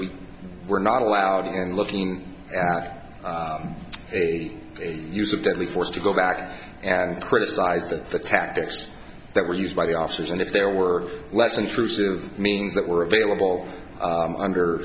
we were not allowed and looking back the use of deadly force to go back and criticize the tactics that were used by the officers and if there were less intrusive means that were available under